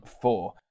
four